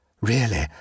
Really